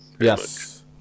yes